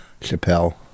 Chappelle